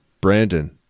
Brandon